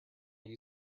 you